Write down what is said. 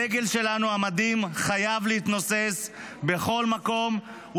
הדגל שלנו חייב להתנוסס בכל מקום,